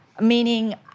Meaning